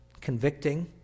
convicting